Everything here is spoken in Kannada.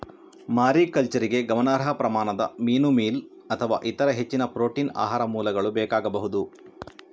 ಮಾರಿಕಲ್ಚರಿಗೆ ಗಮನಾರ್ಹ ಪ್ರಮಾಣದ ಮೀನು ಮೀಲ್ ಅಥವಾ ಇತರ ಹೆಚ್ಚಿನ ಪ್ರೋಟೀನ್ ಆಹಾರ ಮೂಲಗಳು ಬೇಕಾಗಬಹುದು